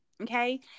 Okay